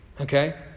Okay